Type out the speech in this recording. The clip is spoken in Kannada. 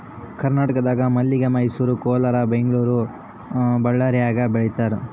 ಕರ್ನಾಟಕದಾಗ ಮಲ್ಲಿಗೆ ಮೈಸೂರು ಕೋಲಾರ ಬೆಂಗಳೂರು ಬಳ್ಳಾರ್ಯಾಗ ಬೆಳೀತಾರ